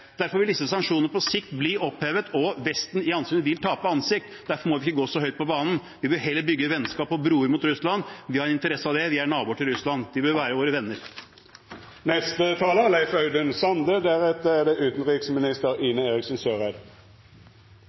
Derfor vil disse sanksjonene på sikt bli opphevet, og Vesten vil tape ansikt. Derfor må vi ikke gå så høyt på banen. Vi bør heller bygge vennskap og broer mot Russland. Vi har interesse av det. Vi er naboer av Russland; de bør være våre venner. Eg forstår godt behovet til Audun Lysbakken for å distansera seg frå det